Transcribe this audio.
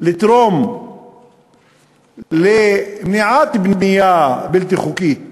לתרום ולמעט בנייה בלתי חוקית